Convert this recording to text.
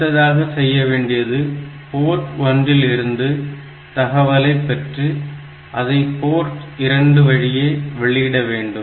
அடுத்ததாக செய்யவேண்டியது போர்ட் 1 இல் இருந்து தகவலை பெற்று அதை போர்ட் 2 வழியே வெளியிட வேண்டும்